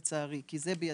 לצערי, כי זה בידינו.